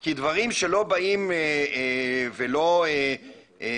כי דברים שלא באים ולא מתויקים,